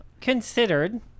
considered